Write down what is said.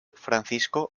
francisco